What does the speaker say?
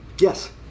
Yes